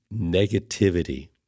negativity